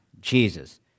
Jesus